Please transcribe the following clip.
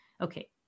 okay